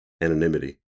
Anonymity